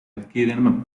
adquieren